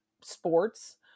sports